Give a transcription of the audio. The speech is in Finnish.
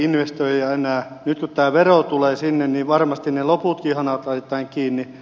nyt kun tämä vero tulee sinne niin varmasti ne loputkin hanat laitetaan kiinni